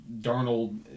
Darnold